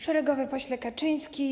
Szeregowy Pośle Kaczyński!